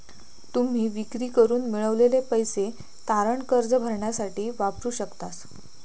तुम्ही विक्री करून मिळवलेले पैसे तारण कर्ज भरण्यासाठी वापरू शकतास